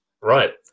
Right